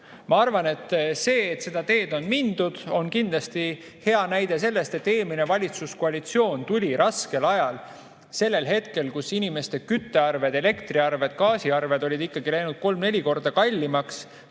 Ma arvan, et see, et seda teed on mindud, on kindlasti hea näide sellest, et eelmine valitsuskoalitsioon tuli raskel ajal, sellel hetkel, kui inimeste küttearved, elektriarved, gaasiarved olid ikkagi läinud kolm-neli korda kallimaks,